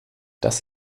das